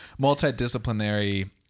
multidisciplinary